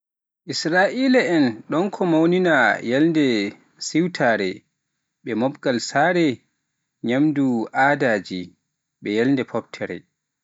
Isra’iila’en ɗon mawnina nyalde siwtaare bee mooɓgal saare, nyaamdu aadaaji, bee nyalde fooftere.